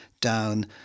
down